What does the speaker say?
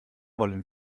wollen